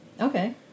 Okay